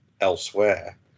elsewhere